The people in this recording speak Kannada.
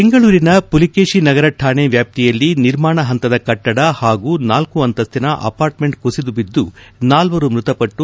ಬೆಂಗಳೂರಿನ ಪುಲಿಕೇಶಿನಗರ ಕಾಣೆ ವ್ಯಾಪ್ತಿಯಲ್ಲಿ ನಿರ್ಮಾಣ ಹಂತದ ಕಟ್ಟಡ ಹಾಗೂ ನಾಲ್ಕ ಅಂತ್ಯಿನ ಅಪಾರ್ಟ್ ಮೆಂಟ್ ಕುಸಿದು ಬಿದ್ದು ನಾಲ್ವರು ಮೃತಪಟ್ಟು